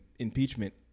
Impeachment